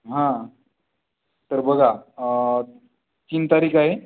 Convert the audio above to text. हां तर बघा तीन तारीख आहे